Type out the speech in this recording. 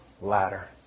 ladder